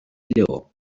lleó